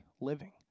living